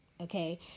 okay